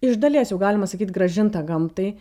iš dalies jau galima sakyt grąžintą gamtai